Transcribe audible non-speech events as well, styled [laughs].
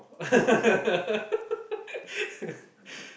[laughs]